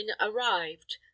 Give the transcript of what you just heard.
arrived